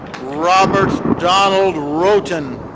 robert donald roten.